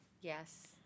Yes